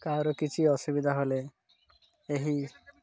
ତାହାର କିଛି ଅସୁବିଧା ହେଲେ ଏହି